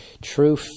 True